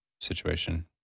situation